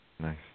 Nice